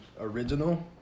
original